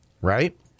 right